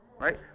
right